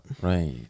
Right